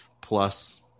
plus